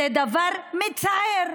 זה דבר מצער,